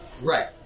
Right